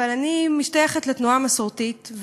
אבל אני משתייכת לתנועה המסורתית,